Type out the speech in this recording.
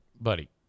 buddy